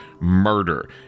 murder